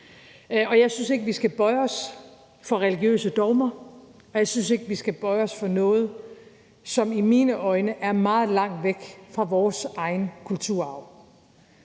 på. Jeg synes ikke, vi skal bøje os for religiøse dogmer, og jeg synes ikke, vi skal bøje os for noget, som i mine øjne er meget langt væk fra vores egen kulturarv.